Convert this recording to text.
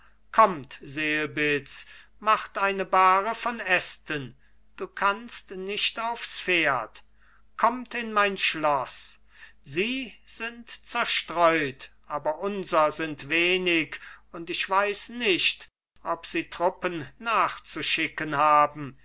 kommt selbitz macht eine bahre von ästen du kannst nicht aufs pferd kommt in mein schloß sie sind zerstreut aber unser sind wenig und ich weiß nicht ob sie truppen nachzuschicken haben